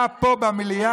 היא צרחה פה במליאה,